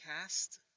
Cast